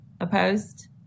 Opposed